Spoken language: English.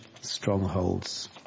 strongholds